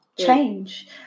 change